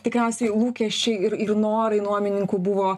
tikriausiai lūkesčiai ir ir norai nuomininkų buvo